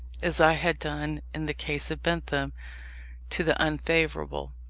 as i had done in the case of bentham to the unfavourable.